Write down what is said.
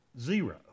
zero